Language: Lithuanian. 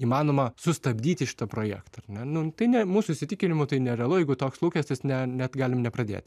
įmanoma sustabdyti šitą projektą ar ne nu tai ne mūsų įsitikinimu tai nerealu jeigu toks lūkestis ne net galim nepradėt